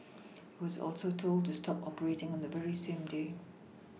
it was also told to stop operating on the very same day